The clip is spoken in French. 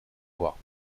voir